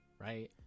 Right